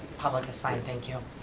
public is fine, thank you.